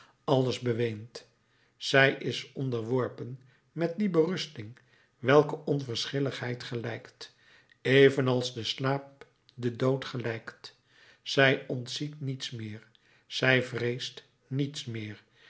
alles beweend zij is onderworpen met die berusting welke onverschilligheid gelijkt evenals de slaap den dood gelijkt zij ontziet niets meer zij vreest niets meer